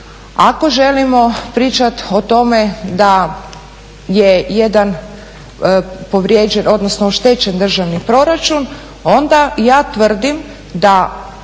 Ako želimo pričati o tome da je jedan oštećen državni proračun, onda ja tvrdim da